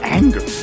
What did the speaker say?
anger